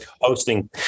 hosting